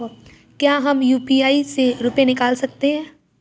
क्या हम यू.पी.आई से रुपये निकाल सकते हैं?